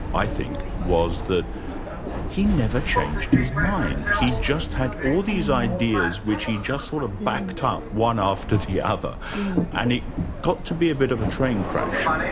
i think, was that he never changed his mind. he just had all these ideas which he just sort of backed up one after the other and he got to be a bit of a train crash.